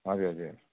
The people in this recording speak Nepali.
हजुर हजुर